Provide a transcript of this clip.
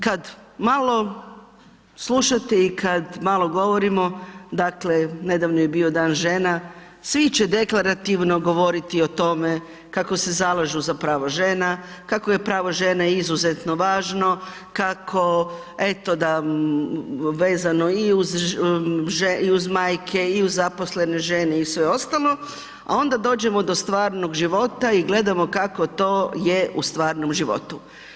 Kad malo slušate i kad malo govorimo, dakle nedavno je bio Dan žena, svi će deklarativno govoriti o tome kako se zalažu za prava žena, kako je pravo žena izuzetno važno, kako, eto da vezano i uz majke i uz zaposlene žene i sve ostalo, a onda dođemo do stvarnog života i gledamo kako to je u stvarnom životu.